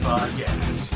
Podcast